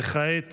וכעת